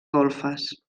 golfes